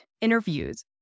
interviews